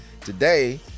Today